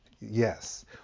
yes